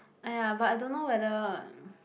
!aiya! but I don't know whether